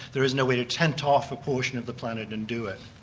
there is no way to tent off a portion of the planet and do it.